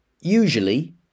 usually